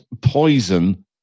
poison